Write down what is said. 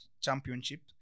championship